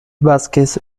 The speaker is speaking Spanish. vázquez